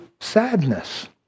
sadness